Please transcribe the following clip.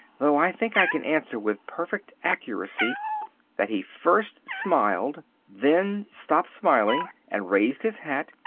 though i think i can answer with perfect accuracy that he first smiled, then stopped smiling and raised his hat,